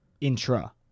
Intra